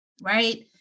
right